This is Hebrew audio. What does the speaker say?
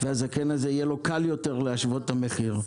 והזקן הזה, יהיה לו קל יותר להשוות את המחיר.